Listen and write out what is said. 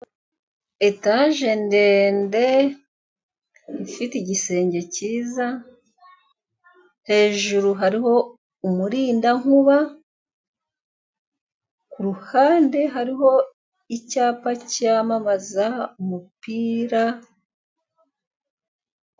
Etaje ndende ifite igisenge cyiza, hejuru hariho umurindankuba ku ruhande hariho icyapa cyamamaza umupira.